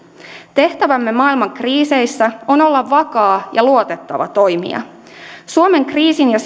tehtävämme maailman kriiseissä on olla vakaa ja luotettava toimija suomen kriisin ja